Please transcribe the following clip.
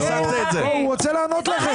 הוא רוצה לענות לכם?